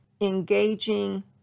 engaging